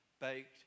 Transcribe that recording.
baked